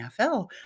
NFL